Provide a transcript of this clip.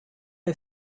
est